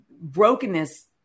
brokenness